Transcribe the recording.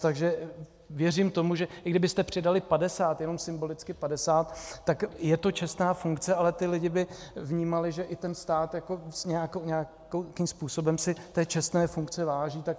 Takže věřím tomu, že i kdybyste přidali padesát, jenom symbolicky padesát, tak je to čestná funkce, ale ti lidé by vnímali, že i ten stát jako nějakým způsobem si té čestné funkce váží.